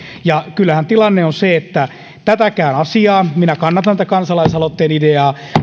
kyllähän tilanne on se että tätäkään asiaa minä kannatan tätä kansalaisaloitteen ideaa